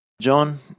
John